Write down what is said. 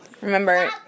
remember